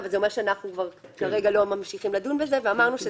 אבל זה אומר שכרגע אנחנו לא ממשיכים לדון בזה ואמרנו,